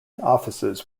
offices